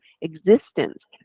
existence